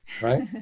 right